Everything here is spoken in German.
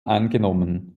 eingenommen